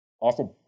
Awesome